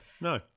no